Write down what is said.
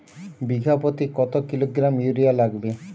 বিঘাপ্রতি কত kilogram urea লাগবে?